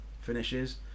finishes